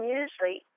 usually